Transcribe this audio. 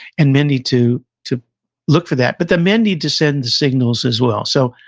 and men need to to look for that. but, the men need to send the signals as well. so,